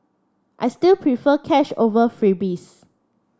I still prefer cash over freebies